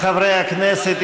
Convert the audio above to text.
חברי הכנסת,